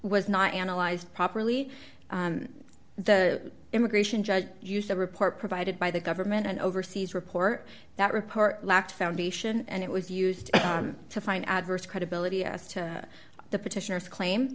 was not analyzed properly the immigration judge used the report provided by the government and overseas report that report lacked foundation and it was used to find adverse credibility as to the petitioners claim